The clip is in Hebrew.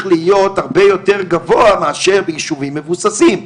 להיות הרבה יותר גבוה מאשר ביישובים מבוססים.